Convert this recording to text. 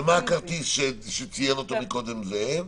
ומהו הכרטיס שציין אותו קודם זאב?